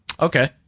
Okay